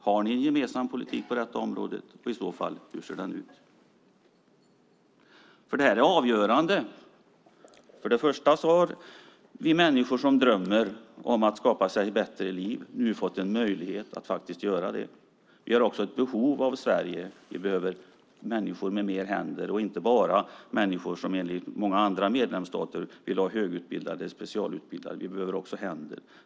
Har ni en gemensam politik på detta område, och hur ser den i så fall ut? Det här är avgörande. Först och främst har människor som drömmer om att skapa sig bättre liv nu fått möjlighet att göra det. Vi har i Sverige också ett behov av fler händer, och inte bara människor som är högutbildade och specialutbildade, som många andra medlemsstater vill ha. Vi behöver händer.